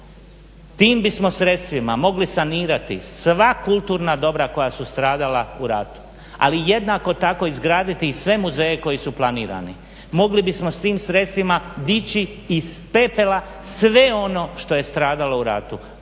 Tim bismo sredstvima mogli sanirati sva kulturna dobra koja su stradala u ratu, ali jednako tako izgraditi i sve muzeje koji su planirani. Mogli bismo s tim sredstvima dići iz pepela sve ono što je stradalo u ratu,